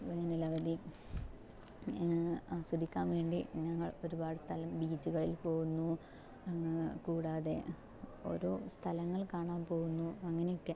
വേനലവധി ആസ്വദിക്കാൻ വേണ്ടി ഞങ്ങൾ ഒരുപാട് സ്ഥലം ബീച്ചുകളിൽ പോകുന്നു കൂടാതെ ഓരോ സ്ഥലങ്ങൾ കാണാൻ പോകുന്നു അങ്ങനെയൊക്കെ